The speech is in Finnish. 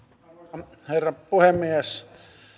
arvoisa herra puhemies